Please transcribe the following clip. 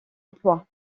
emploi